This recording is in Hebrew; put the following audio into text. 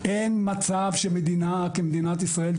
אין מצב שמדינה כמדינת ישראל,